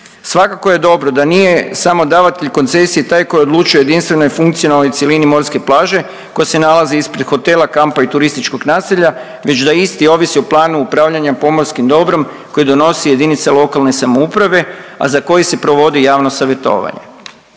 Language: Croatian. Svakako je dobro da nije samo davatelj koncesije taj koji odlučuje o jedinstvenoj i funkcionalnoj cjelini morske plaže koja se nalazi ispred hotela, kampa i turističkog naselja već da isti ovisi o planu upravljanja pomorskim dobrom koji donosi jedinica lokalne samouprave, a za koji se provodi javno savjetovanje.